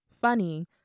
Funny